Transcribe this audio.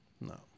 No